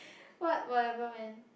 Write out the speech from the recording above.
what whatever man